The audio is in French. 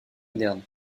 modernes